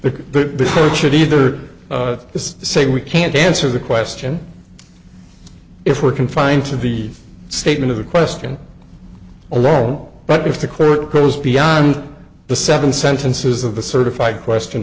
before should either this say we can't answer the question if we're confined to the statement of the question alone but if the clerk goes beyond the seven sentences of a certified question